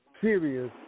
serious